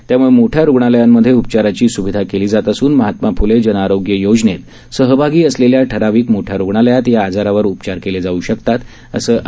त्यामुळे मोठ्या रुग्णालयांमध्ये उपचाराची सुविधा केली जात असून महात्मा फुले जनारोग्य योजनेत सहभागी असलेल्या ठराविक मोठ्या रुग्णालयात या आजारावर उपचार केले जाऊ शकतात असे आरोग्यमंत्र्यांनी सांगितलं